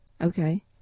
Okay